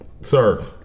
Sir